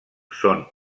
són